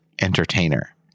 entertainer